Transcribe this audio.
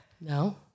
No